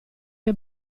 che